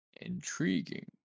Intriguing